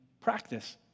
practice